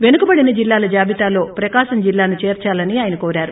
పెనుకబడిన జిల్లాల జాబితాలో ప్రకాశం జిల్లాను చేర్సాలని ఆయన కోరారు